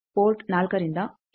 port 4ರಿಂದ ಎಷ್ಟು ಹೊರಬರುತ್ತಿದೆ